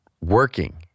working